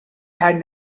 had